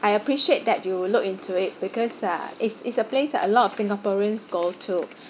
I appreciate that you will look into it because uh it's it's a place that a lot of singaporeans go to